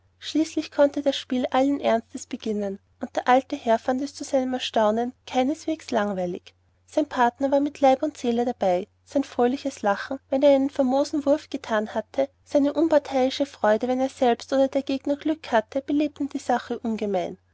schließlich konnte das spiel allen ernstes beginnen und der alte herr fand es zu seinem erstaunen keineswegs langweilig sein partner war mit leib und seele dabei sein fröhliches lachen wenn er einen famosen wurf gethan hatte seine unparteiische freude wenn er selbst oder wenn der gegner glück hatte belebten die sache ungemein